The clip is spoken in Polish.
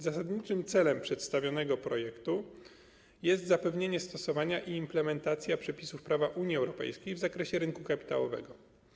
Zasadniczym celem przedstawionego projektu jest zapewnienie stosowania i implementacja przepisów prawa Unii Europejskiej w zakresie rynku kapitałowego.